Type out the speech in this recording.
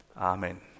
Amen